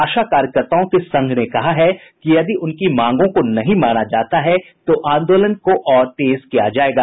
आशा कार्यकर्ताओं के संघ ने कहा है कि यदि उनकी मांगों को नहीं माना जाता है तो आंदोलन को और तेज किया जायेगा